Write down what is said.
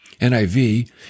NIV